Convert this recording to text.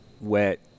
wet